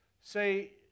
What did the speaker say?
say